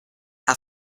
how